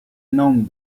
known